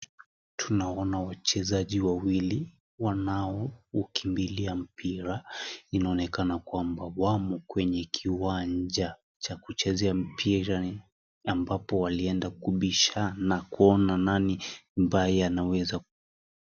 Tunaona wachezaji wawili wanaoukimbilia mpira. Inaonekana kwamba wamo kwenye kiwanja cha kuchezea mpira, na ambapo walienda kubishana kuona nani ambaye anaweza ku.